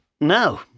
No